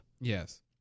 Yes